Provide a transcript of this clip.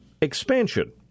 expansion